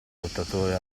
lottatore